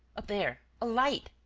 up there. a light.